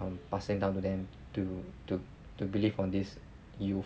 um passing down to them to to to believe on this youth